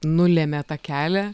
nulėmė tą kelią